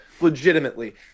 Legitimately